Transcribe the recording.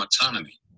autonomy